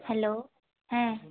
hello ᱦᱮᱸ